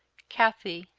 kathie,